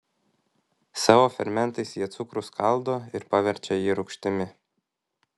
savo fermentais jie cukrų skaldo ir paverčia jį rūgštimi